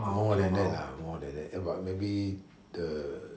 more than that lah more than that eh but maybe the